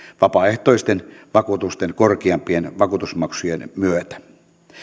vapaaehtoisten vakuutusten korkeampien vakuutusmaksujen myötä